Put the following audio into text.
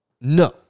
No